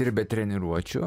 ir be treniruočių